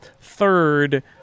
Third